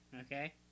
Okay